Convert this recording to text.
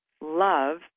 love